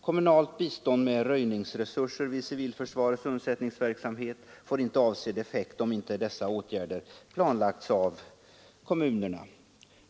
Kommunalt bistånd med röjningsresurser vid civilförsvarets undsättningsverksamhet får inte avsedd effekt om inte dessa åtgärder planlagts av kommunerna.